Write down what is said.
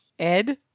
Ed